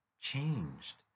changed